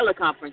teleconference